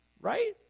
right